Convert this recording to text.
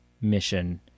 mission